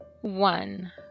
one